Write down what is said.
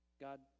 God